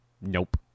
nope